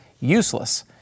useless